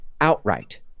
outright